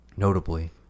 Notably